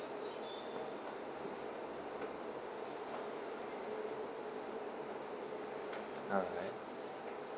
alright